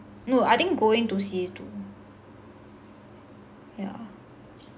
no I think going to C_A two yeah